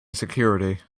security